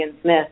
Smith